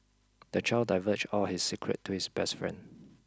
the child diverged all his secret to his best friend